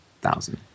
thousand